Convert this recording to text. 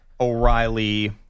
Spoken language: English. O'Reilly